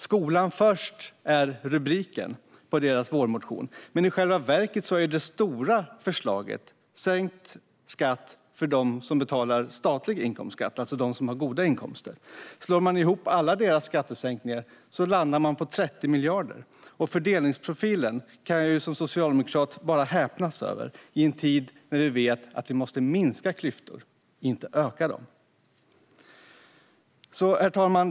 Skolan först är namnet på deras vårbudgetmotion, men i själva verket är deras stora förslag sänkt skatt för dem som betalar statlig inkomstskatt, alltså de som har goda inkomster. Slår man ihop alla deras skattesänkningar landar man på 30 miljarder kronor, och fördelningsprofilen kan jag som socialdemokrat bara häpnas över i en tid då vi vet att klyftorna måste minska, inte öka. Herr talman!